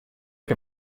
che